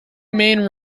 main